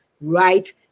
right